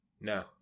no